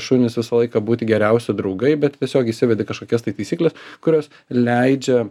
šunys visą laiką būti geriausi draugai bet tiesiog įsivedi kažkokias tai taisykles kurios leidžia